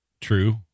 true